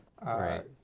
Right